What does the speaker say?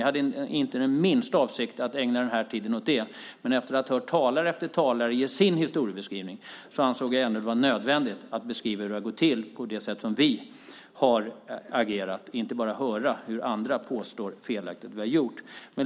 Jag hade inte den minsta avsikt att ägna den här tiden åt det, men efter att ha hört talare efter talare ge sin historiebeskrivning så ansåg jag ändå att det var nödvändigt att beskriva hur det hade gått till och det sätt som vi har agerat på - inte bara höra på hur andra felaktigt påstår att vi har gjort.